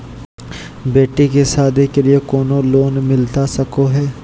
बेटी के सादी के लिए कोनो लोन मिलता सको है?